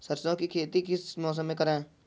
सरसों की खेती किस मौसम में करें?